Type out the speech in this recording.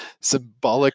symbolic